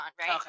right